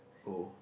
oh